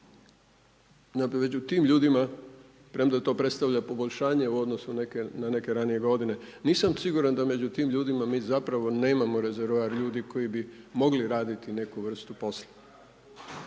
da bi među tim ljudima premda to predstavlja poboljšanje u odnosu na neke ranije godine, nisam siguran da među tim ljudima mi zapravo nemamo rezervoar ljudi koji bi mogli raditi neku vrstu posla,